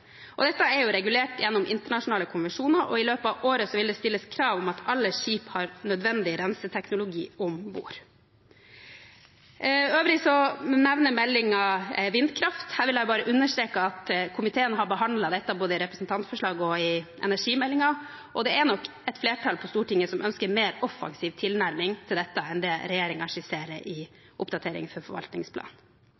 Dette er regulert gjennom internasjonale konvensjoner, og i løpet av året vil det stilles krav om at alle skip har nødvendig renseteknologi om bord. For øvrig nevner meldingen vindkraft. Jeg vil bare understreke at komiteen har behandlet dette både i forbindelse med representantforslag og energimeldingen, og det er nok et flertall på Stortinget som ønsker en mer offensiv tilnærming til dette enn det regjeringen skisserer i